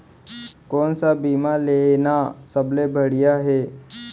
कोन स बीमा लेना सबले बढ़िया हे?